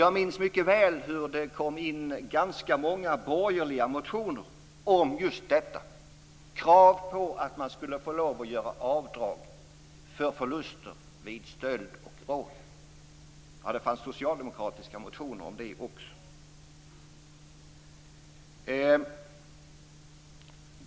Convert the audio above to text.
Jag minns mycket väl hur det väcktes ganska många borgerliga motioner om just detta, dvs. krav på att få göra avdrag för förluster vid stöld och rån. Det fanns socialdemokratiska motioner också.